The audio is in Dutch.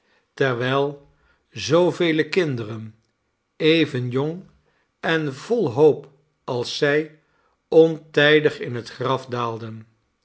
terwijl zoovele kindereri even j ong en vol hoop als zij ontijdig in het graf daalden